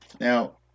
Now